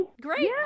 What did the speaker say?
Great